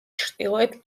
ჩრდილოეთ